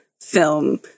film